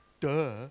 Duh